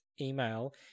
email